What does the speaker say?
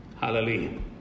Hallelujah